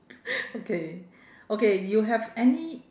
okay okay you have any